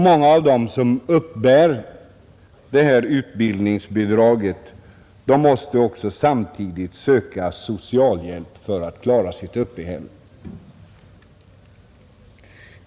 Många av dem som uppbär utbildningsbidrag måste samtidigt söka socialhjälp för att klara sitt uppehälle.